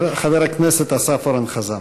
חבר הכנסת אסף אורן חזן.